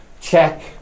check